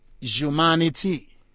humanity